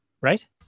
right